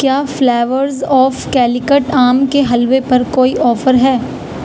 کیا flavours of Calicut آم کے حلوے پر کوئی آفر ہے